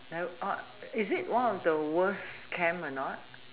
oh is it one of the worst camp or not